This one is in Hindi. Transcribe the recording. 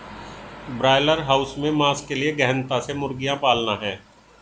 ब्रॉयलर हाउस में मांस के लिए गहनता से मुर्गियां पालना है